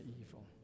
evil